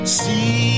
see